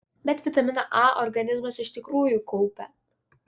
bet vitaminą a organizmas iš tikrųjų kaupia